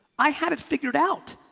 i had it figured out,